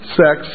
sex